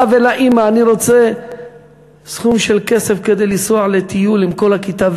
ולאימא: אני רוצה סכום של כסף כדי לנסוע לטיול עם כל הכיתה,